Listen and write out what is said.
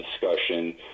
discussion